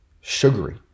sugary